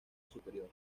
superior